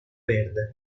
verde